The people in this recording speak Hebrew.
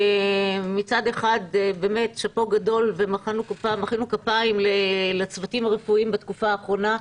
מצד אחד באמת שאפו גדול ומחאנו כפיים לצוותים הרפואיים בתקופה האחרונה.